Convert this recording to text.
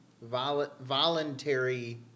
voluntary